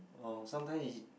oh sometime he